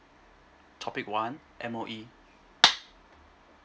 topic one M_O_E